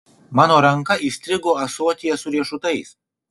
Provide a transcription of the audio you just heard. mano ranka įstrigo ąsotyje su riešutais